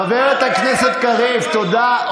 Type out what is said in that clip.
חבר הכנסת קריב, תודה.